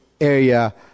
area